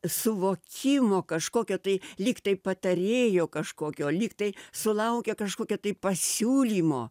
suvokimo kažkokio tai lyg tai patarėjo kažkokio lyg tai sulaukia kažkokio tai pasiūlymo